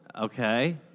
Okay